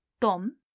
tom